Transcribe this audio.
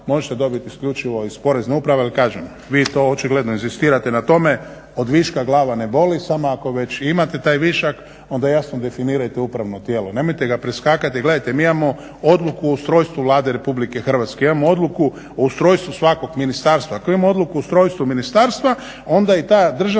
možete dobit isključivo iz Porezne uprave, ali kažem vi to očigledno inzistirate na tome. Od viška glava ne boli, samo ako već imate taj višak onda jasno definirajte upravno tijelo, nemojte ga preskakati. Jer gledajte, mi imamo odluku o ustrojstvu Vlade Republike Hrvatske, imamo odluku o ustrojstvu svakog ministarstva. Ako imamo odluku o ustrojstvu ministarstva onda i ta Državna